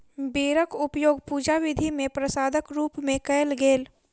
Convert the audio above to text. बेरक उपयोग पूजा विधि मे प्रसादक रूप मे कयल गेल